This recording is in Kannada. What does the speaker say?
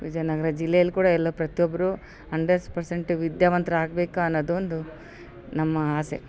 ವಿಜಯನಗರ ಜಿಲ್ಲೆಯಲ್ಲಿ ಕೂಡ ಎಲ್ಲ ಪ್ರತಿಯೊಬ್ರು ಹಂಡ್ರೆಸ್ ಪರ್ಸೆಂಟ್ ವಿದ್ಯಾವಂತ್ರು ಆಗಬೇಕಾ ಅನ್ನೋದು ಒಂದು ನಮ್ಮಆಸೆ